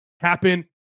happen